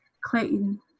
Clayton